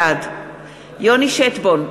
בעד יוני שטבון,